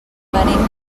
venim